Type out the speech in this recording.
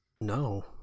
No